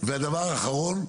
והדבר האחרון,